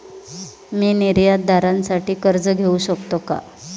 मी निर्यातदारासाठी कर्ज घेऊ शकतो का?